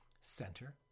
center